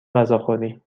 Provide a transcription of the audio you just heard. غذاخوری